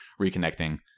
reconnecting